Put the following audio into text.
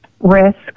risk